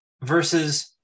versus